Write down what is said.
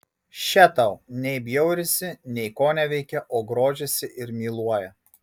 še tau nei bjaurisi nei koneveikia o grožisi ir myluoja